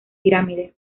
pirámide